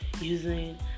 using